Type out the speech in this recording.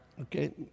Okay